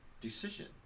decision